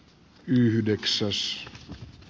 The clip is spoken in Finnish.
yhdeksäs